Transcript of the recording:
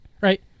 right